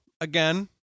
again